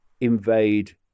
invade